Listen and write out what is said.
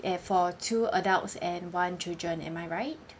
eh for two adults and one children am I right